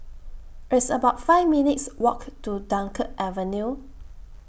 It's about five minutes' Walk to Dunkirk Avenue